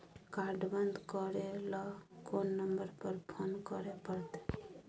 Card बन्द करे ल कोन नंबर पर फोन करे परतै?